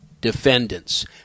defendants